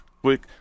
Quick